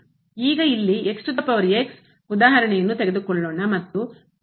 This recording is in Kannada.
ಈಗ ಇಲ್ಲಿ ಉದಾಹರಣೆಯನ್ನು ತೆಗೆದುಕೊಳ್ಳೋಣ ಮತ್ತು 0 ಗೆ ಹೋಗುತ್ತದೆ